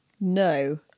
No